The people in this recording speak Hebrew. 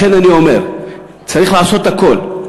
לכן אני אומר: צריך לעשות הכול,